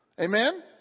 Amen